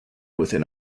within